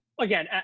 Again